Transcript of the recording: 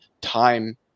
Time